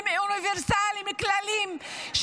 הן אוניברסליות כלליות,